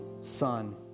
Son